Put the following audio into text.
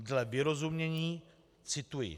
Dle vyrozumění cituji: